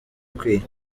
akwiye